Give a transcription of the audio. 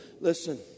listen